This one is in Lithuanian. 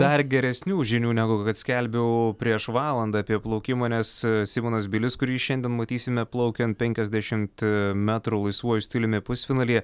dar geresnių žinių negu kad skelbiau prieš valandą apie plaukimą nes simonas bilis kurį šiandien matysime plaukiant penkiasdešimt metrų laisvuoju stiliumi pusfinalyje